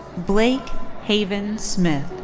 blake haven smith.